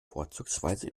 vorzugsweise